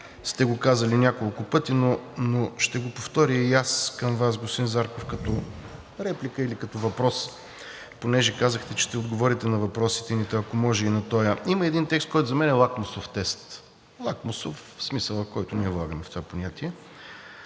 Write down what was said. сте го казали няколко пъти, но ще го повторя и аз към Вас, господин Зарков, като реплика или като въпрос, понеже казахте, че ще отговорите на въпросите ни, та ако може и на този. Има един текст, който за мен е лакмусов тест. Лакмусов в смисъла, който ние влагаме в това понятие.